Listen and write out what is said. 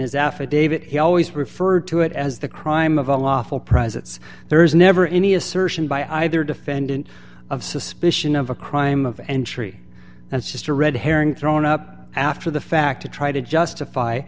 his affidavit he always referred to it as the crime of a lawful prizes there is never any assertion by either defendant of suspicion of a crime of entry that's just a red herring thrown up after the fact to try to justify